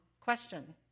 question